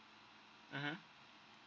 mmhmm